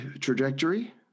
trajectory